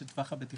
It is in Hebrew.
את טווח הבטיחות,